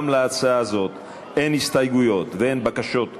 גם להצעה זאת אין הסתייגויות ואין בקשות דיבור.